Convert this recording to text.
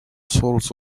sorts